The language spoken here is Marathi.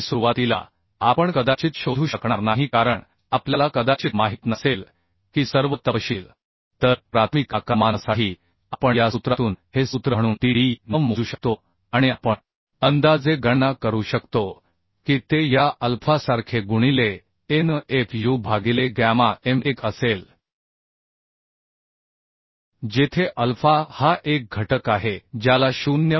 आणि सुरुवातीला आपण कदाचित शोधू शकणार नाही कारण आपल्याला कदाचित माहित नसेल सर्व तपशील तर प्राथमिक आकारमानासाठी आपण या सूत्रातून हे सूत्र म्हणून T d n मोजू शकतो आणि आपण अंदाजे गणना करू शकतो की ते या अल्फासारखे गुणिले a n f u भागिले गॅमा m 1 असेल जेथे अल्फा हा एक घटक आहे ज्याला 0